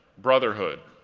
brotherhood,